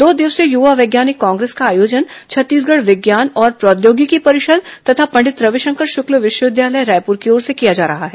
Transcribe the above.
दो दिवसीय युवा वैज्ञानिक कांग्रेस का आयोजन छत्तीसगढ़ विज्ञान और प्रौद्योगिकी परिषद तथा पंडित रविशंकर शुक्ल विश्वविद्यालय रायपूर की ओर से किया जा रहा है